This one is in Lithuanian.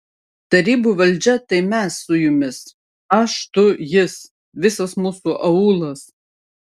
tarybų valdžia tai mes su jumis aš tu jis visas mūsų aūlas